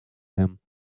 him